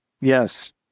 Yes